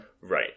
Right